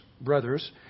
brothers